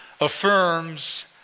affirms